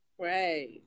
Right